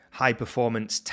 high-performance